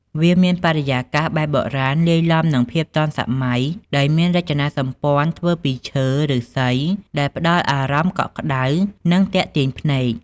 វាមានបរិយាកាសបែបបុរាណលាយឡំនឹងភាពទាន់សម័យ ដោយមានរចនាសម្ព័ន្ធធ្វើពីឈើ ឫស្សីដែលផ្ដល់អារម្មណ៍កក់ក្ដៅ និងទាក់ទាញភ្នែក។